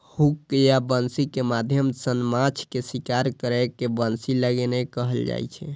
hook या बंसी के माध्यम सं माछ के शिकार करै के बंसी लगेनाय कहल जाइ छै